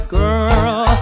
girl